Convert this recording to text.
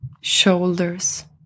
shoulders